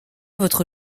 votre